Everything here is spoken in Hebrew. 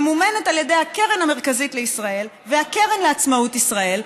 ממומנת על ידי הקרן המרכזית לישראל והקרן לעצמאות ישראל,